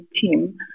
team